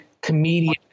comedian